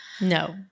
No